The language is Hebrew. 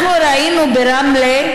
אנחנו ראינו ברמלה,